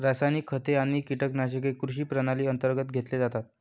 रासायनिक खते आणि कीटकनाशके कृषी प्रणाली अंतर्गत घेतले जातात